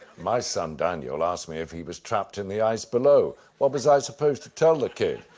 my son daniel asked me if he was trapped in the ice below. what was i supposed to tell the kid?